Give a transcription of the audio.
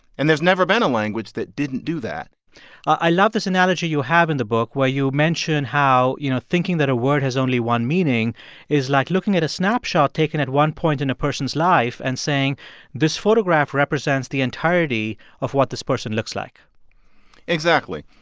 and there's never been a language that didn't do that i love this analogy you have in the book where you mention how, you know, thinking that a word has only one meaning is like looking at a snapshot taken at one point in a person's life and saying this photograph represents the entirety of what this person looks like exactly.